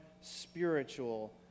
spiritual